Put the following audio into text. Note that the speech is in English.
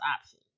option